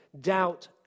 Doubt